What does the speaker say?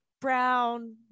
brown